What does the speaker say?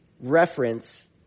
reference